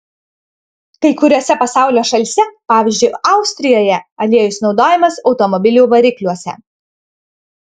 kai kuriose pasaulio šalyse pavyzdžiui austrijoje aliejus naudojamas automobilių varikliuose